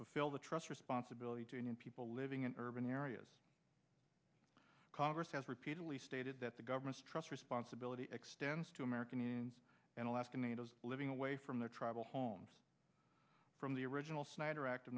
fulfill the trust responsibility to union people living in urban areas congress has repeatedly stated that the government's trust responsibility extends to american in an alaskan native living away from their tribal home from the original snyder act